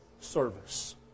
service